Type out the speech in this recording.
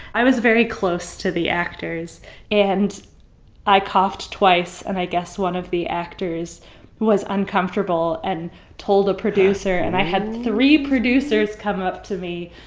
i was very close to the actors and i coughed twice and i guess one of the actors was uncomfortable and told a producer. and i had three producers come up to me.